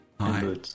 Hi